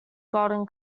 golden